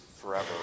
forever